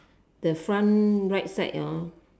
the front right side hor